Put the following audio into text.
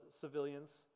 civilians